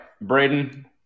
Braden